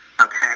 Okay